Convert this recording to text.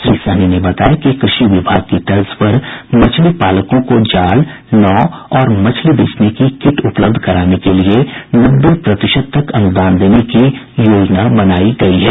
श्री सहनी ने बताया कि कृषि विभाग की तर्ज पर मछली पालकों को जाल नाव और मछली बेचने की किट उपलब्ध कराने के लिए नब्बे प्रतिशत तक अनुदान देने की योजना बनायी गयी है